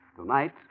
Tonight